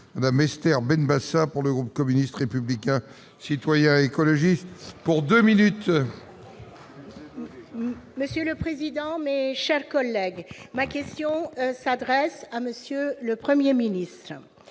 Mme Esther Benbassa, pour le groupe communiste républicain citoyen et écologiste. Monsieur le président, mes chers collègues, ma question s'adresse à M. le Premier ministre.